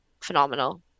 phenomenal